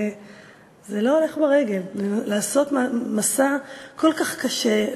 וזה לא הולך ברגל לעשות מסע כל כך קשה,